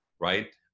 right